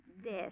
Death